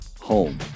home